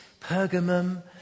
Pergamum